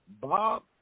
Bob